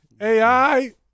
AI